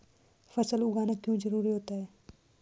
फसल उगाना क्यों जरूरी होता है?